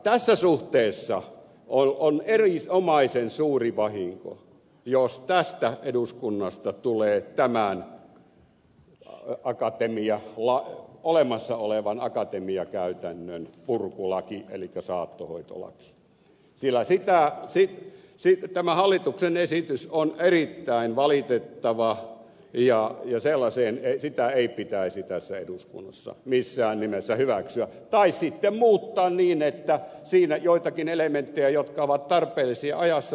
tässä suhteessa on erinomaisen suuri vahinko jos tästä eduskunnasta tulee tämän olemassa olevan akatemia käytännön purkulaki elikkä saattohoitolaki sillä tämä hallituksen esitys on erittäin valitettava ja sitä ei pitäisi tässä eduskunnassa missään nimessä hyväksyä tai sitten pitäisi muuttaa siinä joitakin elementtejä jotka ovat tarpeellisia ajassa